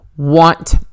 want